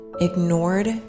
ignored